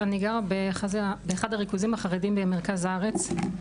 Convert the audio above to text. אני גרה באחד הריכוזים החרדיים במרכז הארץ,